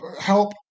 help